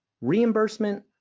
reimbursement